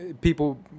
people